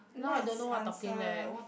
let's answer